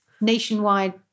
nationwide